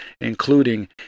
including